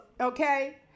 okay